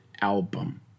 album